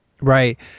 Right